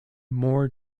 more